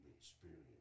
experience